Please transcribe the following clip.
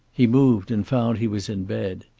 he moved and found he was in bed.